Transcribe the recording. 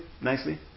nicely